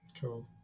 Cool